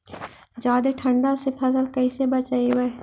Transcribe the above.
जादे ठंडा से फसल कैसे बचइबै?